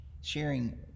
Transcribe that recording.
sharing